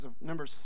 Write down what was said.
Number